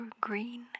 Green